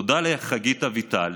תודה לחגית אביטל,